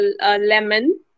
lemon